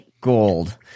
gold